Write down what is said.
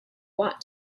want